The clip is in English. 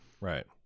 Right